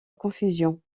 confusion